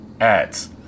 ads